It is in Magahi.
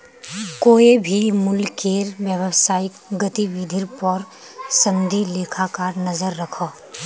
कोए भी मुल्केर व्यवसायिक गतिविधिर पोर संदी लेखाकार नज़र रखोह